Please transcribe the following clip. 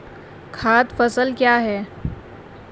खाद्य फसल क्या है?